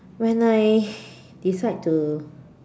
when I decide to